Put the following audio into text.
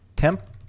Temp